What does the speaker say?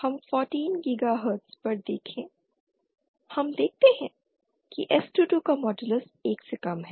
हम 14 गीगाहर्ट्ज़ पर देखें हम देखते हैं कि s22 का मॉडलस 1 से कम है